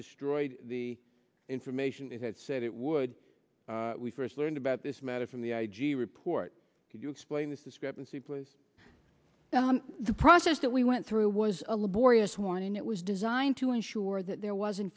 destroyed the information it had said it would we first learned about this matter from the i g report could you explain this discrepancy please the process that we went through was a laborious one and it was designed to ensure that there was in